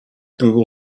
google